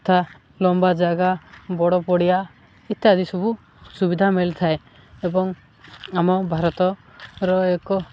ତଥା ଲମ୍ବା ଜାଗା ବଡ଼ ପଡ଼ିଆ ଇତ୍ୟାଦି ସବୁ ସୁବିଧା ମିଳିଥାଏ ଏବଂ ଆମ ଭାରତର ଏକ